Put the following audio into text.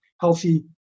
healthy